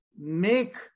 make